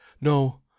No